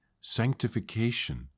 sanctification